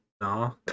no